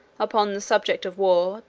upon the subject of war,